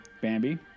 Bambi